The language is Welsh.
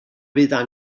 fyddai